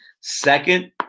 second